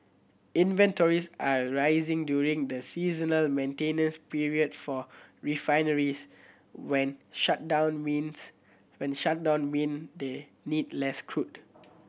inventories are rising during the seasonal maintenance period for refineries when shutdown means when shutdowns mean they need less crude